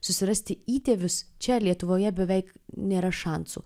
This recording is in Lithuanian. susirasti įtėvius čia lietuvoje beveik nėra šansų